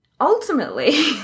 ultimately